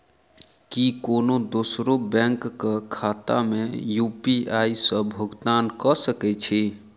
की कोनो दोसरो बैंक कऽ खाता मे यु.पी.आई सऽ भुगतान कऽ सकय छी?